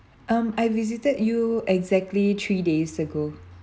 um I visited you exactly three days ago